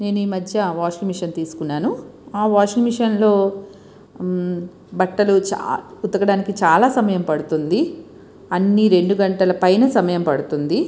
నేను ఈ మధ్య వాషింగ్ మెషిన్ తీసుకున్నాను ఆ వాషింగ్ మెషిన్లో బట్టలు ఉతకడానికి చాలా సమయం పడుతుంది అన్ని రెండు గంటల పైన సమయం పడుతుంది